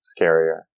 scarier